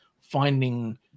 finding